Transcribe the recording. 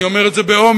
אני אומר את זה באומץ.